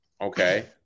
Okay